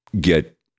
get